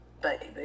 baby